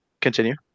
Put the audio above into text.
continue